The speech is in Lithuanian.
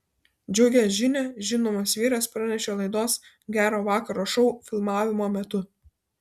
džiugią žinią žinomas vyras pranešė laidos gero vakaro šou filmavimo metu